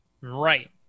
right